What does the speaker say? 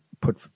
put